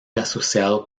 asociado